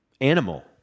Animal